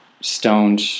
stoned